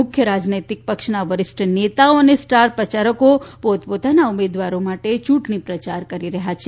મુખ્ય રાજનૈતિક પક્ષના વરિષ્ઠ નેતાઓ અને સ્ટાર પ્રયારકો પોતપોતાના ઉમેદવારો માટે ચૂંટણી પ્રચાર કરી રહ્યા છે